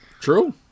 True